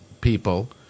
people